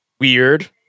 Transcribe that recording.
weird